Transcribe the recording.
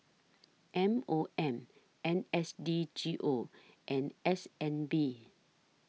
M O M N S D G O and S N B